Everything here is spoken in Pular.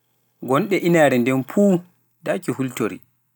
Jokku ndee daartol, Ñalnde goo, gonga linga mamga ƴetti hoore mum e aksidaa.